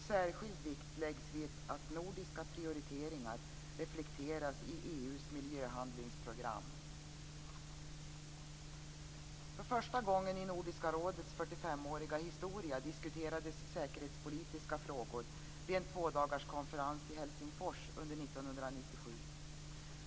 Särskild vikt läggs vid att nordiska prioriteringar reflekteras i EU:s miljöhandlingsprogram. För första gången i Nordisk rådets 45-åriga historia diskuterades säkerhetspolitiska frågor vid en tvådagarskonferens i Helsingfors under 1997.